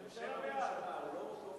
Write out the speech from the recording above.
הסתייגות שר האוצר.